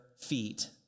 feet